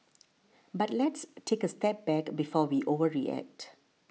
but let's take a step back before we overreact